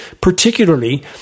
particularly